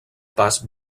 pas